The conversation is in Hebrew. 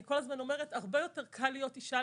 אני כל הזמן אומרת שהרבה יותר קל להיות אישה